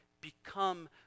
become